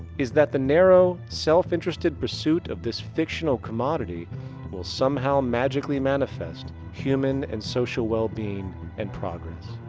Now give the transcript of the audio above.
is that the narrow, self-interested pursuit of this fictional commodity will somehow. magically manifest human and social well-being and progress.